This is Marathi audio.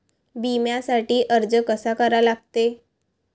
बिम्यासाठी अर्ज कसा करा लागते?